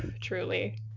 truly